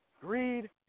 Greed